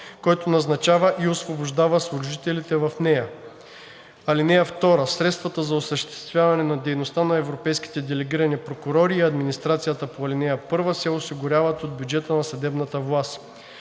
който назначава и освобождава служителите в нея. (2) Средствата за осъществяване на дейността на европейските делегирани прокурори и администрацията по ал. 1 се осигуряват от бюджета на съдебната власт.